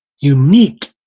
unique